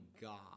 God